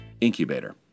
Incubator